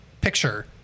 picture